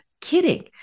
kidding